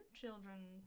children